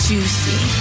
Juicy